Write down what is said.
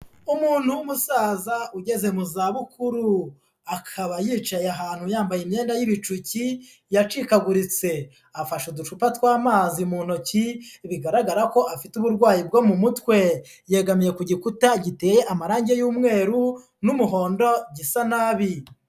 Umuntu w'umusaza ugeze mu zabukuru akaba yicaye ahantu yambaye imyenda y'ibicuki yacikaguritse, afashe uducupa tw'amazi mu ntoki bigaragara ko afite uburwayi bwo mu mutwe, yegamiye ku gikuta giteye amarange y'umweru n'umuhondo dusa nabi.